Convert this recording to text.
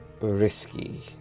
risky